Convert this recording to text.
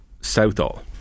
Southall